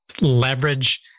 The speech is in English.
leverage